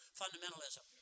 fundamentalism